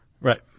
Right